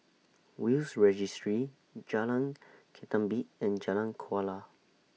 Will's Registry Jalan Ketumbit and Jalan Kuala